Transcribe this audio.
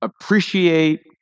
appreciate